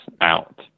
out